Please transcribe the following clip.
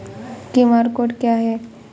QR code क्या है?